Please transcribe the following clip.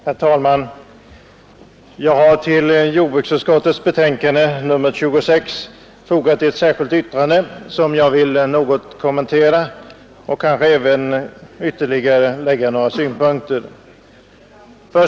Herr talman! Jag har till jordbruksutskottets betänkande nr 26 fogat ett särskilt yttrande, som jag vill kommentera något. Jag skall även anlägga ytterligare några synpunkter.